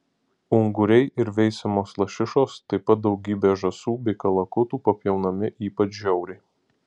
unguriai ir veisiamos lašišos taip pat daugybė žąsų bei kalakutų papjaunami ypač žiauriai